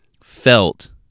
felt